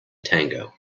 tango